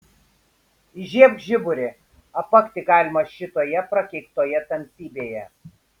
įžiebk žiburį apakti galima šitoje prakeiktoje tamsybėje